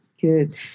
Good